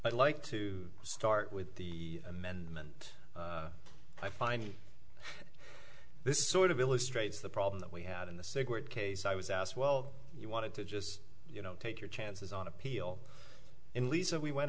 i'd like to start with the amendment i find this sort of illustrates the problem that we had in the cigarette case i was asked well you wanted to just you know take your chances on appeal in lisa we went